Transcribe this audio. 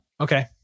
Okay